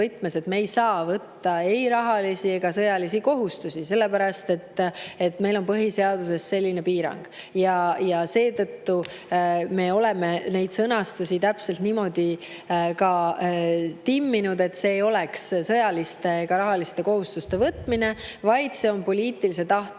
et me ei saa võtta ei rahalisi ega sõjalisi kohustusi, sellepärast et meil on põhiseaduses selline piirang. Seetõttu me oleme neid sõnastusi täpselt niimoodi timminud, et see ei oleks sõjaliste ega rahaliste kohustuste võtmine, vaid see oleks poliitilise tahte